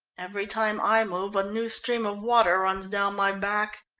every time i move a new stream of water runs down my back.